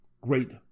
great